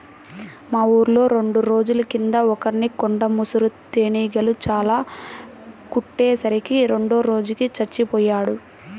మా ఊర్లో రెండు రోజుల కింద ఒకర్ని కొండ ముసురు తేనీగలు చానా కుట్టే సరికి రెండో రోజుకి చచ్చిపొయ్యాడు